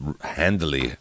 handily